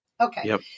okay